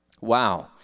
Wow